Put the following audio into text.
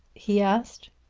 he asked.